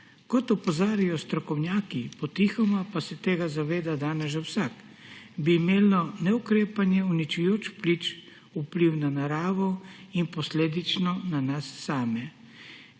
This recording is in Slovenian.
Kot opozarjajo strokovnjaki, potihoma pa se tega zaveda danes že vsak, bi imelo neukrepanje uničujoč vpliv na naravo in posledično na nas same.